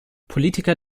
politiker